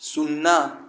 शुन्ना